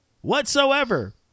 whatsoever